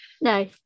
No